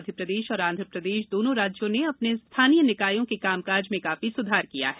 मध्यप्रदेश और आंध्रप्रदेश दोनों राज्यों ने अपने स्थानीय निकायों के कामकाज में काफी सुधार किया है